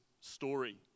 story